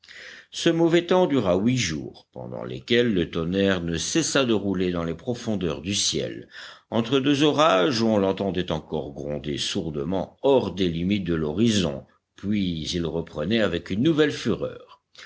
ce mauvais temps dura huit jours pendant lesquels le tonnerre ne cessa de rouler dans les profondeurs du ciel entre deux orages on l'entendait encore gronder sourdement hors des limites de l'horizon puis il reprenait avec une nouvelle fureur